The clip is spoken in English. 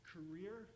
Career